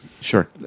Sure